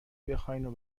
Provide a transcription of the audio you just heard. بخواین